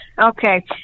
Okay